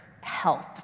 health